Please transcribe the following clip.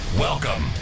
Welcome